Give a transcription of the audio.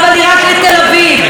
שמדברים תרבות,